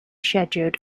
scheduled